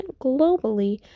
globally